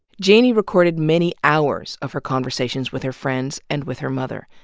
janey recorded many hours of her conversations with her friends, and with her mother.